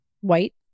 white